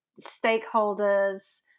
stakeholders